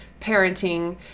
parenting